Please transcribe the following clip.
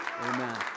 Amen